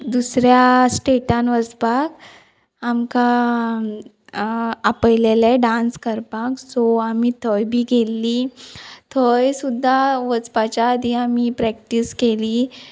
दुसऱ्या स्टेटान वचपाक आमकां आपयलेले डांस करपाक सो आमी थंय बी गेल्ली थंय सुद्दां वचपाच्या आदीं आमी प्रॅक्टीस केली